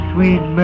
Sweet